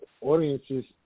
audiences